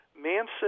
Manson